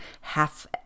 half